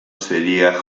sería